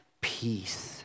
peace